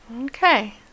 Okay